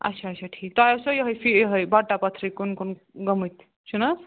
اچھا اچھا ٹھیٖک تۄہہِ آسیٚو یُہے فیٖلڈ یہے بَٹہ پتھری کُن کُن گٔمژ چھُ نہ حظ